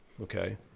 Okay